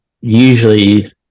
usually